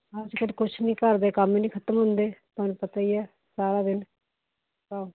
ਅੱਜ ਕੱਲ੍ਹ ਕੁਛ ਨਹੀਂ ਘਰ ਦੇ ਕੰਮ ਹੀ ਨਹੀਂ ਖ਼ਤਮ ਹੁੰਦੇ ਤੁਹਾਨੂੰ ਪਤਾ ਹੀ ਹੈ ਸਾਰਾ ਦਿਨ ਆਹੋ